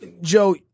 Joe